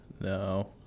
no